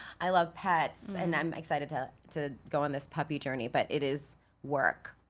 i love pets and i'm excited to to go on this puppy journey but it is work.